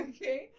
Okay